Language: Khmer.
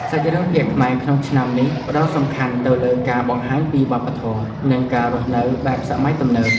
សាច់រឿងភាគខ្មែរក្នុងឆ្នាំនេះផ្តោតសំខាន់ទៅលើការបង្ហាញពីវប្បធម៌ និងការរស់នៅបែបសម័យទំនើប។